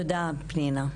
תודה, פנינה.